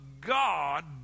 God